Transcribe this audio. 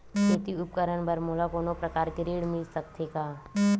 खेती उपकरण बर मोला कोनो प्रकार के ऋण मिल सकथे का?